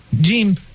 Jim